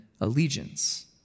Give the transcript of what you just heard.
allegiance